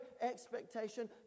expectation